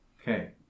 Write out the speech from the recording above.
Okay